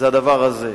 זה הדבר הזה.